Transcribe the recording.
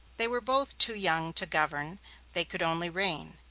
they were both too young to govern they could only reign.